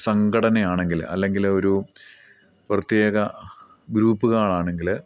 സഘടനയാണെങ്കിൽ അല്ലെങ്കിൽ ഒരു പ്രത്യേക ഗ്രൂപ്പുകളാണെങ്കിൽ